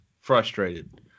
Frustrated